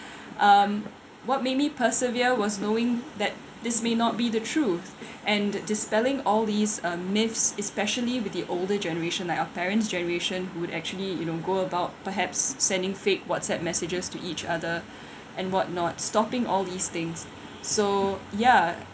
um what made me persevere was knowing that this may not be the truth and dispelling all these uh myths especially with the older generation like our parent's generation who would actually you know go about perhaps sending fake whatsapp messages to each other and whatnot stopping all these things so ya